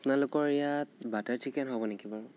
আপোনালোকৰ ইয়াত butter chicken হ'ব নেকি বাৰু